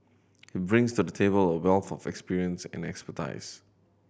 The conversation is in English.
he brings to the table a wealth of experience and expertise